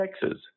Texas